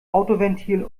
autoventil